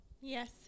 yes